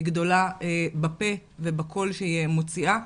היא גדולה בפה ובקול שהיא מוציאה.